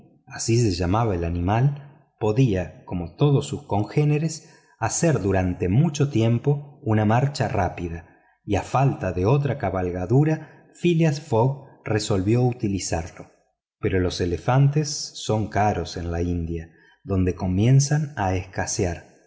así se llamaba el animal podía como todos sus congéneres hacer durante mucho tiempo una marcha rápida y a falta de otra cabalgadura phileas fogg resolvió utilizarlo pero los elefantes son caros en la india donde comienzan a escasear